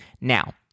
now